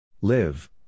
Live